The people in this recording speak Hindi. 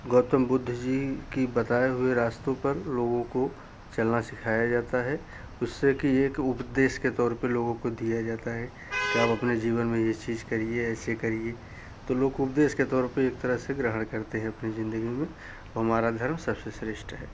गौतम बुद्ध जी की बताए हूए रास्तों पर लोगों को चलना सिखाया जाता है उसे की एक उपदेश के तौर पर लोगों को दिया जाता है कि आप अपने जीवन में यह चीज़ करिए ऐसे करिए तो लोग उपदेस के तौर पर एक तरह से ग्रहण करते हैं अपनी ज़िंदगी में हमारा धर्म सबसे श्रेष्ठ है